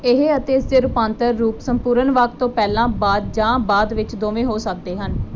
ਇਹ ਅਤੇ ਇਸਦੇ ਰੂਪਾਂਤਰ ਰੂਪ ਸੰਪੂਰਨ ਵਾਕ ਤੋਂ ਪਹਿਲਾਂ ਬਾਅਦ ਜਾਂ ਬਾਅਦ ਵਿੱਚ ਦੋਵੇਂ ਹੋ ਸਕਦੇ ਹਨ